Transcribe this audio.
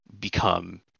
become